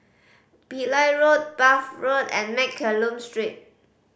Pillai Road Bath Road and Mccallum Street